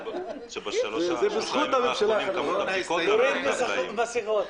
בדיונים ויהיו שותפים לכתיבת המסקנות.